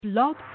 Blog